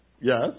Yes